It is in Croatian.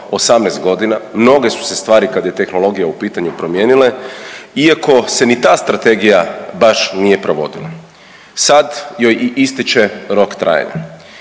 18 godina, mnoge su se stvari kad je tehnologija u pitanju promijenile iako se ni ta strategija baš nije provodila. Sad joj i ističe rok trajanja.